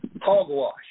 hogwash